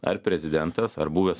ar prezidentas ar buvęs